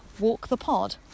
WalkThePod